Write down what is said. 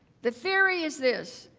the theory is this.